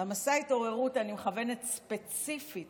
את מסע ההתעוררות אני מכוונת ספציפית